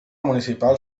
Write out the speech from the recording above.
municipal